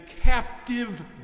captive